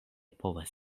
povas